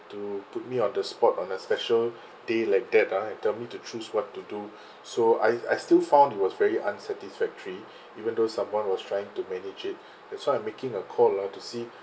to put me on the spot on a special day like that ah and tell me to choose what to do so I I still found it was very unsatisfactory even though someone was trying to manage it that's why I'm making a call ah to see